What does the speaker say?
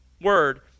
word